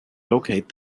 locate